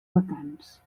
vacants